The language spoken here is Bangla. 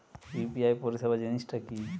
ইউ.পি.আই পরিসেবা জিনিসটা কি?